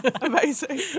Amazing